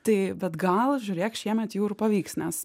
tai bet gal žiūrėk šiemet jau ir pavyks nes